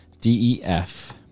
D-E-F